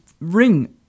ring